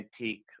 antique